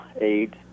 aid